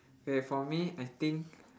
okay for me I think